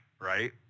right